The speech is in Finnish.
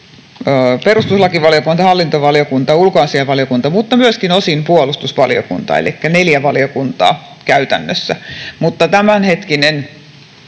perustuslakivaliokunta, hallintovaliokunta, ulkoasiainvaliokunta mutta myöskin osin puolustusvaliokunta, elikkä neljä valiokuntaa käytännössä. Mutta tämänhetkinen